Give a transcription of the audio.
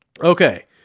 okay